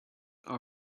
our